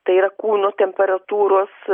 tai yra kūno temperatūros